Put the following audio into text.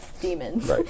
demons